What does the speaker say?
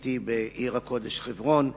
הייתי בעיר הקודש חברון,